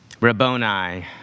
Rabboni